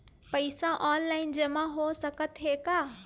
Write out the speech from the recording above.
पईसा ऑनलाइन जमा हो साकत हे का?